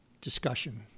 discussion